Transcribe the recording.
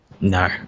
No